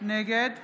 נגד